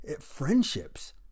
friendships